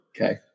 Okay